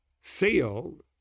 sealed